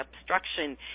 obstruction